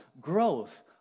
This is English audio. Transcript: growth